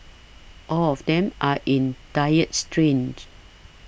all of them are in dire straits